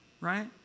Right